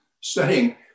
studying